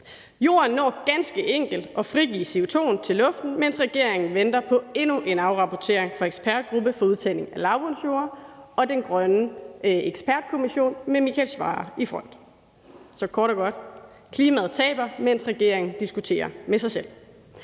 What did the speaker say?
Jorden når ganske enkelt at frigive CO2'en til luften, mens regeringen venter på endnu en afrapportering fra ekspertgruppen om udtagning af lavbundsjorder og den grønne ekspertkommission med Michael Svarer i front. Så klimaet taber kort og godt, mens regeringen diskuterer med sig selv.